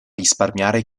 risparmiare